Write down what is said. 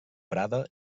prada